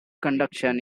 conduction